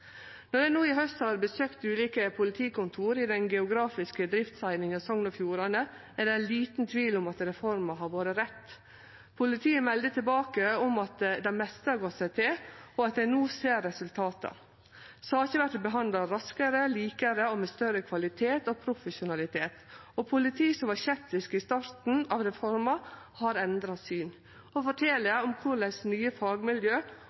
Når eg no i haust har besøkt ulike politikontor i den geografiske driftseininga Sogn og Fjordane, er det liten tvil om at reforma har vore rett. Politiet melder tilbake om at det meste har gått seg til, og at ein no ser resultata. Saker vert behandla raskare, likare og med høgare kvalitet og større profesjonalitet. Også politifolk som var skeptiske i starten av reforma, har endra syn og fortel om korleis nye fagmiljø